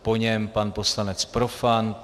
Po něm pan poslanec Profant.